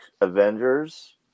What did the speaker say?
Avengers